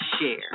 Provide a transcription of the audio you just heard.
Share